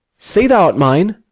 say thou art mine,